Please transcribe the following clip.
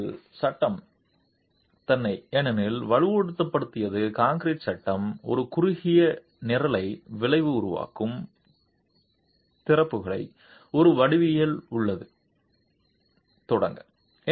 இந்த வழக்கில் சட்டம் தன்னை ஏனெனில் வலுப்படுத்தியது கான்கிரீட் சட்ட ஒரு குறுகிய நிரலை விளைவு உருவாக்கும் திறப்புகளை ஒரு வடிவியல் உள்ளது தொடங்க